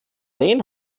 rehn